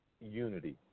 unity